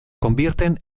convierten